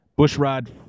Bushrod